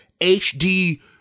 HD